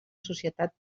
societat